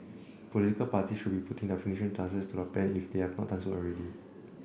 political parties should be putting the finishing touches to their plans if they have not done so already